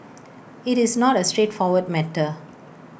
IT is not A straightforward matter